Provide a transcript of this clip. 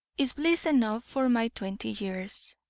is bliss enough for my twenty years.